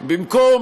במקום